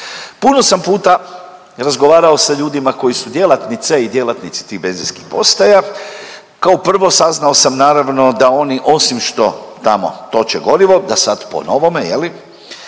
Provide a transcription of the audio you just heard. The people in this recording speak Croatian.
Puno sam puta razgovarao sa ljudima koji su djelatnice i djelatnici tih benzinskih postaja. Kao prvo saznao sam naravno da oni osim što tamo toče gorivo, da sad po novome je li